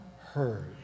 heard